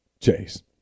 Chase